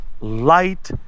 light